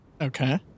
Okay